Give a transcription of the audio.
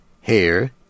hair